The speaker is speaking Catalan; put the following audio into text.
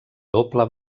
doble